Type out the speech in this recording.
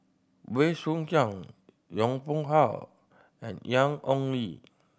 Bey Soo Khiang Yong Pung How and Ian Ong Li